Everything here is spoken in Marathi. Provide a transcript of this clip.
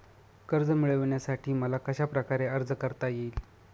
कर्ज मिळविण्यासाठी मला कशाप्रकारे अर्ज करता येईल?